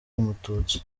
umututsi